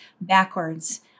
backwards